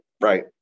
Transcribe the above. Right